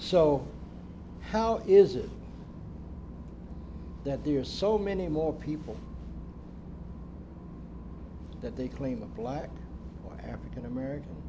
so how is it that there are so many more people that they claim a black african american